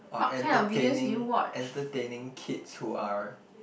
or entertaining entertaining kids who are